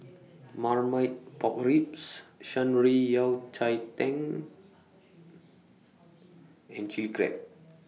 Marmite Pork Ribs Shan Rui Yao Cai Tang and Chilli Crab